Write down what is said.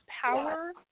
power